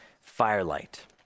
firelight